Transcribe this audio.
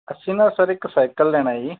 ਅਸੀਂ ਨਾ ਸਰ ਇੱਕ ਸਾਈਕਲ ਲੈਣਾ ਜੀ